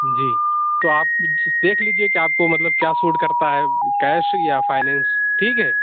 جی تو آپ دیکھ لیجیے کہ آپ کو مطلب کیا سوٹ کرتا ہے کیش یا فائننس ٹھیک ہے